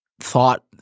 thought